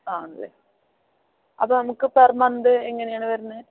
ആണല്ലേ അപ്പോൾ നമുക്ക് പെർ മന്ത് എങ്ങനെയാണ് വരുന്നത്